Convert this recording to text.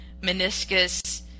meniscus